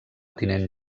tinent